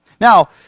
Now